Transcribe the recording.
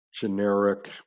generic